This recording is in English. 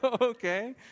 Okay